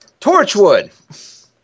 Torchwood